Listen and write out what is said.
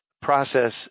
process